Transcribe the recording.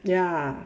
ya